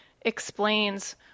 explains